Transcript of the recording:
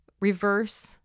reverse